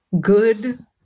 Good